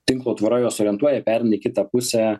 tinklo tvora juos orientuoja pereina į kitą pusę